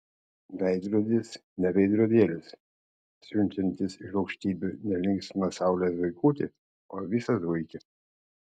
veidrodis ne veidrodėlis siunčiantis iš aukštybių ne linksmą saulės zuikutį o visą zuikį